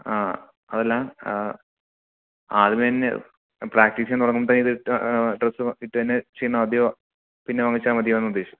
ആ അതല്ല ആദ്യം തന്നെ പ്രാക്ടീസ് ചെയ്യാന് തുടങ്ങുമ്പോൾ ഇതിട്ട് ഡ്രസ്സ് ഇട്ട് തന്നെ ചെയ്യണോ അതെയോ പിന്നെ വാങ്ങിച്ചാൽ മതിയോന്നാ ഉദ്ദേശിച്ചത്